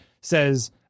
says